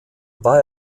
war